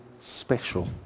special